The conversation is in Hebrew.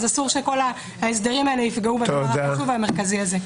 אסור שההסדרים האלה יפגעו בדבר החשוב והמרכזי הזה.